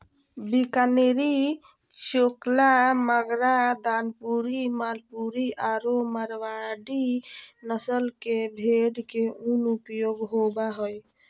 बीकानेरी, चोकला, मागरा, दानपुरी, मालपुरी आरो मारवाड़ी नस्ल के भेड़ के उन उपयोग होबा हइ